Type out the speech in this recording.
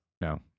no